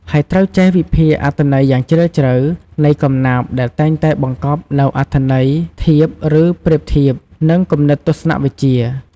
ហើយត្រូវចេះ វិភាគអត្ថន័យយ៉ាងជ្រាលជ្រៅ នៃកំណាព្យដែលតែងតែបង្កប់នូវអត្ថន័យន័យធៀប ឬប្រៀបធៀប និងគំនិតទស្សនវិជ្ជា។